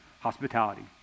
hospitality